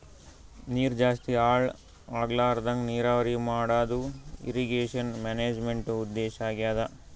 ನೀರ್ ಜಾಸ್ತಿ ಹಾಳ್ ಆಗ್ಲರದಂಗ್ ನೀರಾವರಿ ಮಾಡದು ಇರ್ರೀಗೇಷನ್ ಮ್ಯಾನೇಜ್ಮೆಂಟ್ದು ಉದ್ದೇಶ್ ಆಗ್ಯಾದ